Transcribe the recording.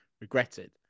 regretted